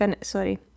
Sorry